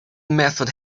method